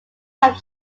have